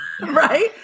Right